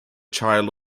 child